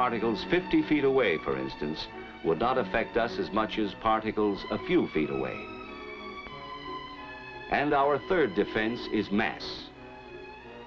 particles fifty feet away for instance would not affect us as much as particles a few feet away and our third defense is mass